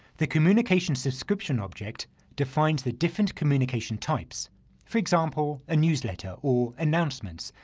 the communication subscription object defines the different communication types for example, ah newsletter or announcements,